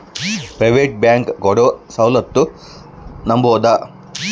Private bank ಕೊಡೊ ಸೌಲತ್ತು ನಂಬಬೋದ?